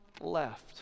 left